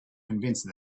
convince